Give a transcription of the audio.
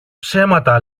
ψέματα